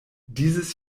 dieses